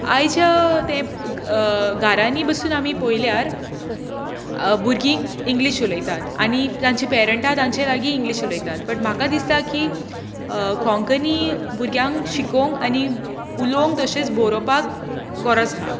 आयच्या तें घरांनी बसून पळयल्यार भुरगीं इंग्लीश उलयतात आनी तांची पॅरंटा तांचे लागी इंग्लीश उलयतात बट म्हाका दिसता की कोंकणी भुरग्यांक शिकोवंक आनी उलोवंक तशेंच बरोवपाक गरज आसा